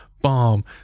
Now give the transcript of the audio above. bomb